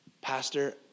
Pastor